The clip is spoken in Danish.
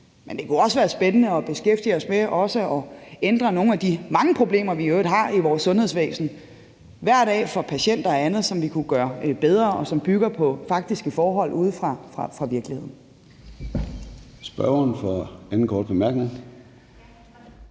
Men det kunne også være spændende at beskæftige os med også at løse nogle af de mange problemer, vi i øvrigt har i vores sundhedsvæsen hver dag for patienter og andet, så vi kunne gøre det bedre, og så det bygger på faktiske forhold ude fra virkeligheden.